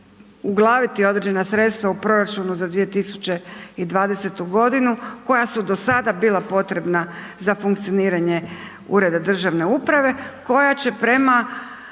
uglaviti određena sredstva u proračunu za 2020. g. koja su do sada bila potrebna za funkcioniranje državne uprave koja će prema